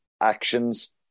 actions